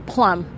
Plum